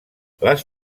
les